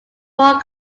more